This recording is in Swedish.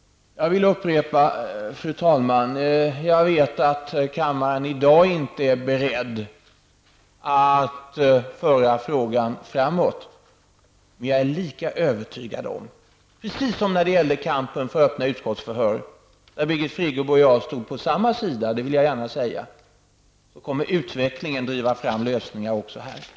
Jag vill upprepa att jag vet att kammaren inte i dag är beredd att föra frågan framåt, men jag är -- precis som när det gällde kampen för öppna utskottsförhör, där Birgitt Friggebo och jag stod på samma sida; det vill jag gärna säga -- lika övertygad om att utvecklingen kommer att driva fram lösningar också i den här frågan.